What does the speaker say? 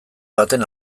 batean